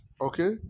Okay